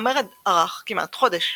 המרד ארך כמעט חודש.